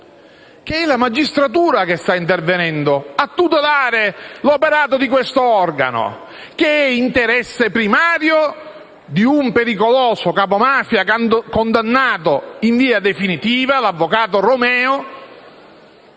che è la magistratura che sta intervenendo per tutelare l'operato di questo organo, che è oggetto dell'interesse primario di un pericoloso capomafia condannato in via definitiva, l'avvocato Romeo,